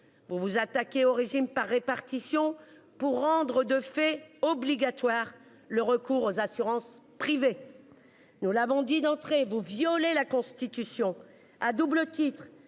Vous vous attaquez au régime par répartition pour rendre de fait obligatoire le recours aux assurances privées. Nous l'avons dit d'entrée vous violer la Constitution à double titre,